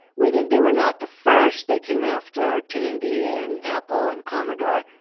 within. they were not the first. they came after tandy, and apple, and commodore,